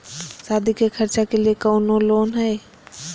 सादी के खर्चा के लिए कौनो लोन है?